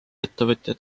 ettevõtja